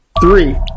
Three